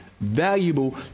valuable